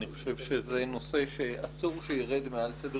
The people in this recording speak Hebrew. אני חושב שזה נושא שאסור שירד מעל סדר